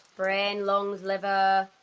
brain, lungs, liver.